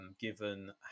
given